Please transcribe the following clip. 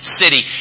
city